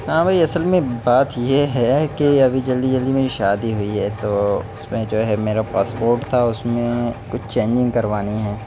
ہاں بھئی اصل میں بات یہ ہے کہ ابھی جلدی جلدی میری شادی ہوئی ہے تو اس میں جو ہے میرا پاسپورٹ تھا اس میں کچھ چینجنگ کروانی ہیں